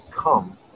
come